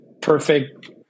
perfect